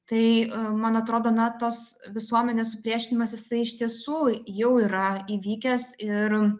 tai man atrodo na tos visuomenės supriešinimas jisai iš tiesų jau yra įvykęs ir